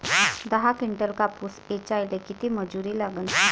दहा किंटल कापूस ऐचायले किती मजूरी लागन?